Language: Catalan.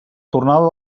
tornada